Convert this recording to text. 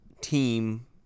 team